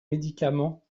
médicaments